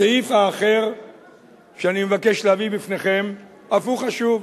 הסעיף האחר שאני מבקש להביא בפניכם, אף הוא חשוב,